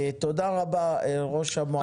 תודה רבה לראש המועצה.